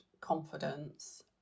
confidence